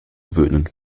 gewöhnen